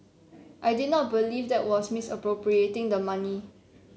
I did not believe that was misappropriating the money